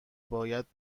باید